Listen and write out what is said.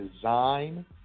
Design